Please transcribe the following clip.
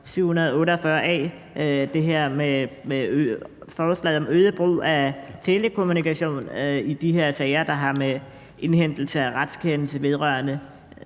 748 a – forslaget om øget brug af telekommunikation i de her sager, der har med indhentelse af retskendelse vedrørende